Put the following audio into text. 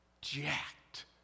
jacked